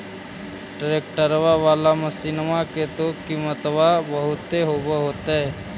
ट्रैक्टरबा बाला मसिन्मा के तो किमत्बा बहुते होब होतै?